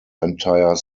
entire